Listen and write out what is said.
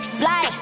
fly